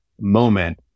moment